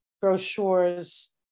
brochures